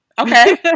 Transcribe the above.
okay